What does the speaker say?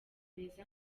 beza